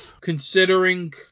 considering